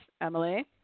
Emily